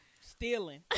stealing